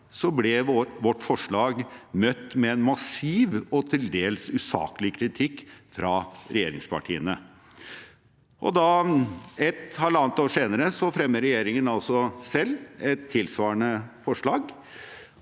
vårt forslag møtt med en massiv og til dels usaklig kritikk fra regjeringspartiene. Halvannet år senere fremmer regjeringen altså selv et tilsvarende forslag,